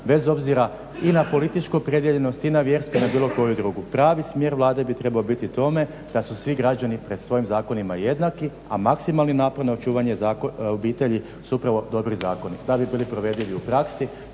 bez obzira i na političku opredijeljenost i na vjersku i na bilo koju drugu. Pravi smjer Vlade bi trebao biti u tome da su svi građani pred svojim zakonima jednaki, a maksimalni napon na očuvanje obitelji su upravo dobri zakoni. Da bi bili provedivi u praksi,